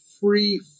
free